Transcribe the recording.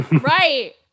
Right